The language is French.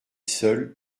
seul